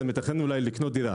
כשאני מתכנן אולי לקנות דירה.